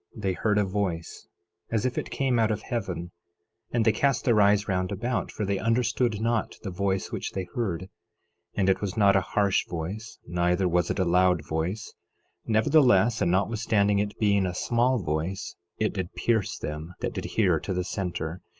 they heard a voice as if it came out of heaven and they cast their eyes round about, for they understood not the voice which they heard and it was not a harsh voice, neither was it a loud voice nevertheless, and notwithstanding it being a small voice it did pierce them that did hear to the center,